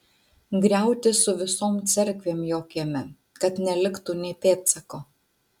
griauti su visom cerkvėm jo kieme kad neliktų nė pėdsako